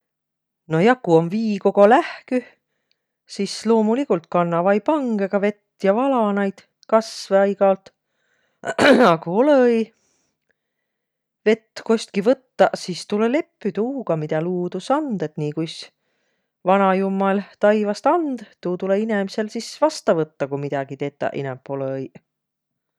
Nojah, ku om viikogo lähküh, sis kannaq vai pangõga vett ja valaq naid kasvõ aig-aolt. A ku olõ-õiq vett kostki võttaq, sis tulõ leppüq tuuga, midä luudus and. Et nii, kuis Vanajummal taivast and, tuu tulõ inemisel sis vasta võttaq, ku midägi tetäq inämb olõ-õiq.